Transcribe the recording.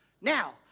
Now